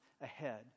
ahead